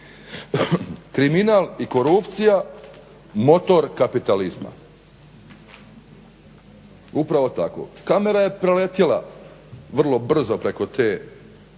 kriminal i korupcija motor kapitalizma. Upravo tako. Kamera je preletjela vrlo brzo preko tog